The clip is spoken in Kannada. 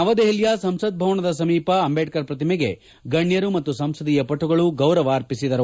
ನವದೆಪಲಿಯ ಸಂಸತ್ ಭವನದ ಸಮೀಪದ ಅಂಬೇಡ್ಕರ್ ಪ್ರತಿಮೆಗೆ ಗಣ್ಯರು ಮತ್ತು ಸಂಸದೀಯ ಪಟುಗಳು ಗೌರವ ಅರ್ಪಿಸಿದರು